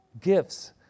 gifts